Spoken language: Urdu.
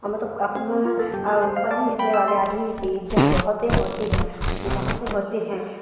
مطلب اپنا پڑھنے لکھنے والے آدمی کی عزت بہت ہوتی ہے بہت ہوتی ہیں